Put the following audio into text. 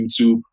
YouTube